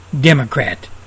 Democrat